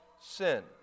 sin